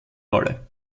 rolle